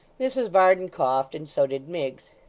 mrs varden coughed and so did miggs.